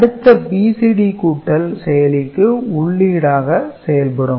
அடுத்த BCD கூட்டல் செயலிக்கு உள்ளீடாக செயல்படும்